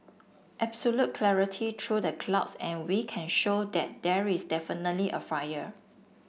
absolute clarity through the clouds and we can show that there is definitely a fire